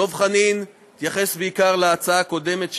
דב חנין התייחס בעיקר להצעה הקודמת,